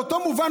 באותו מובן,